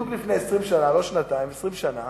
בדיוק לפני 20 שנה, לא שנתיים, 20 שנה.